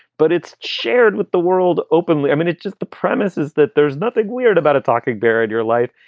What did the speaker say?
but it's shared with the world openly. i mean, it's just the premise is that there's nothing weird about it talking buried your life.